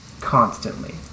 constantly